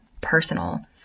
personal